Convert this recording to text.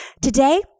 Today